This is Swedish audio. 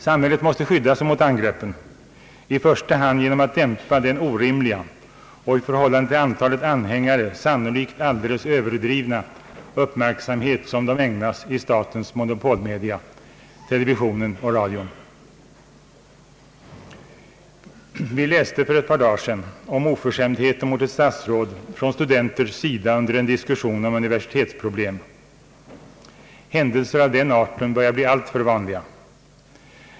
Samhället måste skydda sig mot angreppen, i första hand genom att dämpa den orimliga och i förhållande till antalet anhängare sannolikt alldeles överdrivna uppmärksamhet som de ägnas i statens monopolmedia — TV och radio. Vi läste för ett par dagar sedan om oförskämdheter mot ett statsråd från studenters sida under en diskussion om universitetsproblem. Händelser av den arten börjar bli alltför vanliga.